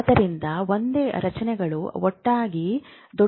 ಆದ್ದರಿಂದ ಒಂದೇ ರಚನೆಗಳು ಒಟ್ಟಾಗಿ ದೊಡ್ಡ ಇತಿಹಾಸವನ್ನು ಮಾಡುತ್ತದೆ